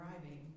driving